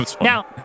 Now